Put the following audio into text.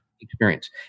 Experience